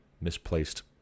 misplaced